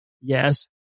Yes